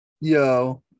yo